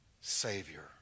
Savior